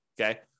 Okay